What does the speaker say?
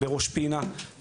בראש פינה,